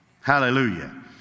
hallelujah